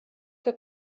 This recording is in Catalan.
que